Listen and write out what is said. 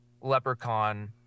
leprechaun